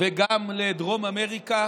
וגם לדרום אמריקה